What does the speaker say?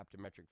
optometric